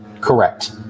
Correct